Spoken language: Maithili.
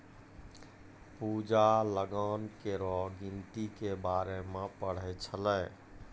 पूजा लगान केरो गिनती के बारे मे पढ़ै छलै